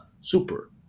Super